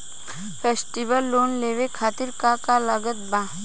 Festival loan लेवे खातिर का का लागत बा?